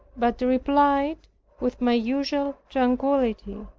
but replied with my usual tranquillity,